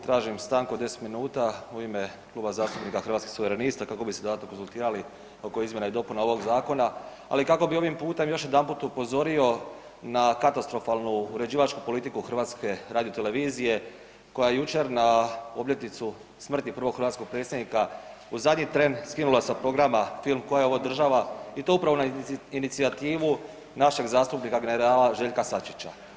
Tražim stanku od 10 minuta u ime Kluba zastupnika Hrvatskih suverenista kako bi se dodatno konzultirali oko izmjena i dopuna ovog zakona, ali kako bi ovim putem još jedanput upozorio na katastrofalnu uređivačku politiku HRT-a koja je jučer na obljetnicu smrti prvog hrvatskog predsjednika u zadnji tren skinula sa programa film „Koja je ovo država“ i to upravo na inicijativu našeg zastupnika generala Željka Sačića.